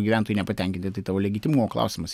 gyventojai nepatenkinti tai tavo legitimumo klausimas